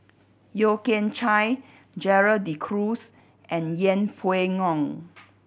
Yeo Kian Chye Gerald De Cruz and Yeng Pway Ngon